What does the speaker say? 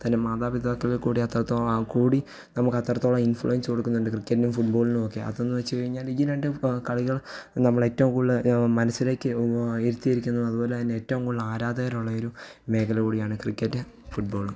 തൻ്റെ മാതാപിതാക്കളിൽ കൂടി അത്രത്തോളം കൂടി നമുക്കത്രത്തോളം ഇൻഫ്ലുവൻസ് കൊടുക്കുന്നുണ്ട് ക്രിക്കറ്റിനും ഫുട്ബോളിനുവൊക്കെ അതെന്ന് വെച്ച് കഴിഞ്ഞാൽ ഈ രണ്ട് കളികൾ നമ്മളേറ്റോം കൂടുതൽ മനസ്സിലേക്ക് ഇരുത്തിയിരിക്കുന്നതും അതുപോലെ തന്നെ ഏറ്റോം കൂടുതൽ ആരാധകരുള്ളൊരു മേഖല കൂടിയാണ് ക്രിക്കറ്റ് ഫുട്ബോളും